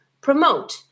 promote